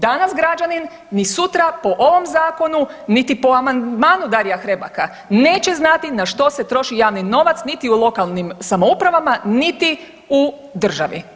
Danas građanin ni sutra po ovom Zakonu niti po amandmanu Darija Hrebaka neće znati na što se troši javni novac niti u lokalnim samoupravama niti u državi.